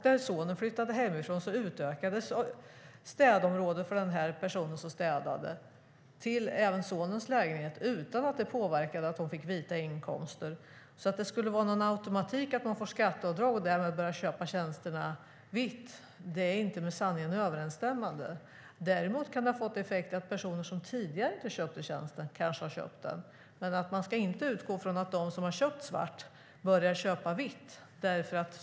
När sonen flyttade hemifrån utökades städområdet för den som städade till att omfatta även sonens lägenhet, utan att det ledde till att hon fick vita inkomster. Att det skulle vara automatik i att man får skatteavdrag och därmed börjar köpa tjänster vitt är alltså inte med sanningen överensstämmande. Däremot kan det ha fått effekten att personer som tidigare inte köpte tjänsten kanske nu köper den, men man ska inte utgå från att de som har köpt svart nu börjar köpa vitt.